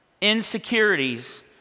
Insecurities